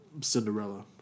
Cinderella